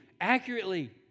accurately